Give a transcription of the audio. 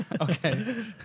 Okay